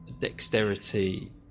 dexterity